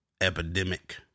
epidemic